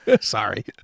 Sorry